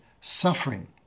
suffering